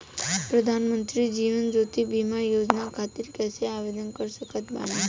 प्रधानमंत्री जीवन ज्योति बीमा योजना खातिर कैसे आवेदन कर सकत बानी?